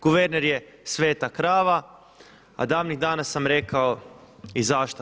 Guverner je sveta krava a davnih dana sam rekao i zašto.